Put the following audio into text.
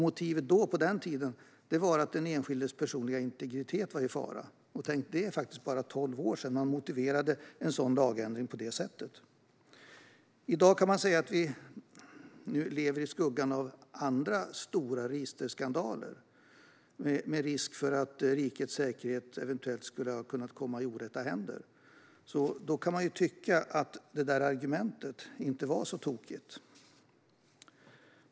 Motivet på den tiden var att den enskildes personliga integritet var i fara. Tänk, det är faktiskt bara tolv år sedan man motiverade en sådan lagändring på det sättet. I dag, när vi lever i skuggan av andra stora registerskandaler med risk för att uppgifter om rikets säkerhet eventuellt skulle ha kunnat komma i orätta händer, kan man tycka att det där argumentet inte var så tokigt.